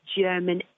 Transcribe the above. German